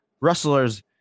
wrestlers